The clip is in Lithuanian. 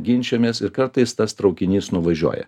ginčijamės ir kartais tas traukinys nuvažiuoja